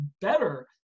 better